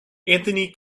anthony